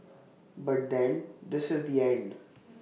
but then this is the end